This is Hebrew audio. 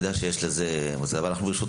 הוא יידע שיש לזה ברשותכם,